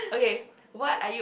okay what are you